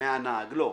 - מהנהג לא.